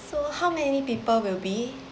so how many people will be